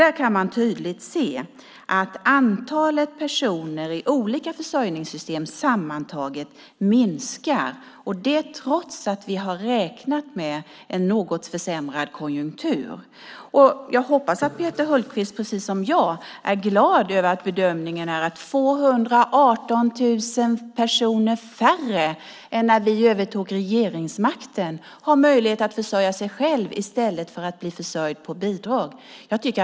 Där kan man tydligt se att antalet personer i olika försörjningssystem sammantaget minskar, trots att vi har räknat med en något försämrad konjunktur. Jag hoppas att Peter Hultqvist precis som jag är glad över att bedömningen är att 218 000 personer fler än när vi övertog regeringsmakten kommer att ha möjlighet att försörja sig själva i stället för att bli försörjda på bidrag.